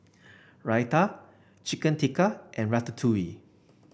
Raita Chicken Tikka and Ratatouille